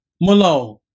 Malone